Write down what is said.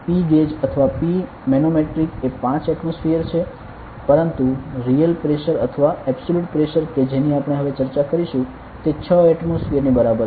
P gauge અથવા P manometric એ 5 atmosphere છે પરંતુ રિયલ પ્રેશર અથવા એબ્સોલ્યુટ પ્રેશર કે જેની આપણે હવે ચર્ચા કરીશું તે 6 એટમોસફીયર ની બરાબર છે